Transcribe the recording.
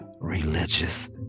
religious